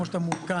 כמו שאתה מעודכן,